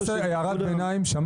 גם